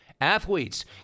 Athletes